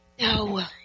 No